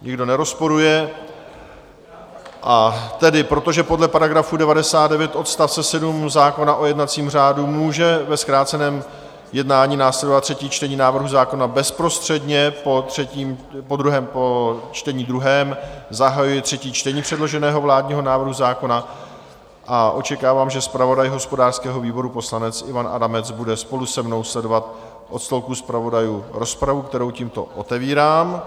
Nikdo nerozporuje, a tedy, protože podle § 99 odst. 7 zákona o jednacím řádu může ve zkráceném jednání následovat třetí čtení návrhu zákona bezprostředně po čtení druhém, zahajuji třetí čtení předloženého vládního návrhu zákona a očekávám, že zpravodaj hospodářského výboru, poslanec Ivan Adamec, bude spolu se mnou sledovat od stolku zpravodajů rozpravu, kterou tímto otevírám.